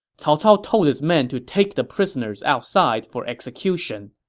cao cao told his men to take the prisoners outside for execution.